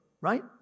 right